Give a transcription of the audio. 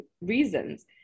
reasons